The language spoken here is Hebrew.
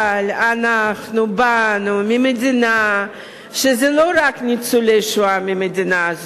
אבל אנחנו באנו ממדינה שלא רק ניצולי שואה באו ממנה,